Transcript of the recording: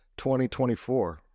2024